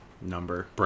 number